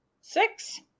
Six